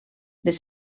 les